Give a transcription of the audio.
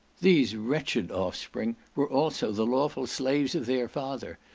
these wretched offspring were also the lawful slaves of their father,